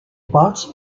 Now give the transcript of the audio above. parts